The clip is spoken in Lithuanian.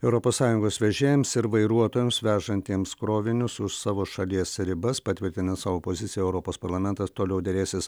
europos sąjungos vežėjams ir vairuotojams vežantiems krovinius už savo šalies ribas patvirtinęs savo poziciją europos parlamentas toliau derėsis